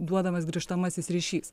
duodamas grįžtamasis ryšys